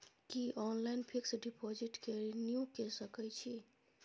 की online fix deposit के renew के सकै छी?